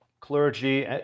clergy